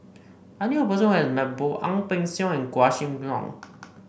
I knew a person who has met both Ang Peng Siong and Quah Kim Song